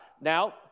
Now